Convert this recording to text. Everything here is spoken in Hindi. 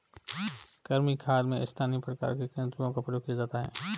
कृमि खाद में स्थानीय प्रकार के केंचुओं का प्रयोग किया जाता है